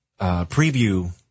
preview